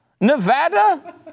Nevada